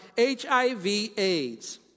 HIV/AIDS